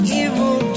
evil